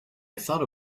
thought